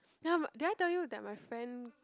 ya but did I tell you that my friend